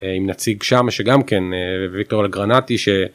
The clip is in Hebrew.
אם נציג שם שגם כן וויקטור אלגרנטי.